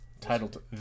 Titled